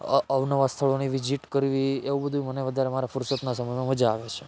અવનવાં સ્થળોની વિજિટ કરવી એવું બધુંય મને વધારે મારા ફુરસતના સમયમાં મજા આવે છે